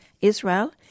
Israel